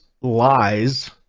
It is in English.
lies